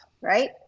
right